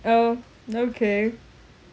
oh no K